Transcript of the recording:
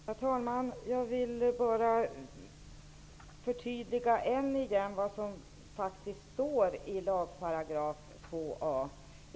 Herr talman! Jag vill bara än en gång förtydliga det som faktiskt står i lagparagraf 2 a.